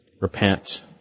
repent